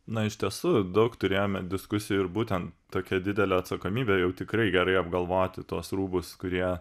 na iš tiesų daug turėjome diskusijų ir būtent tokia didelė atsakomybė jau tikrai gerai apgalvoti tuos rūbus kurie